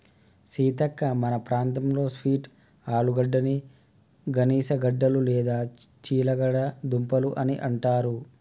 సీతక్క మన ప్రాంతంలో స్వీట్ ఆలుగడ్డని గనిసగడ్డలు లేదా చిలగడ దుంపలు అని అంటారు